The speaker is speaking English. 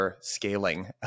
scaling